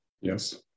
Yes